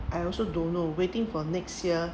I also don't know waiting for next year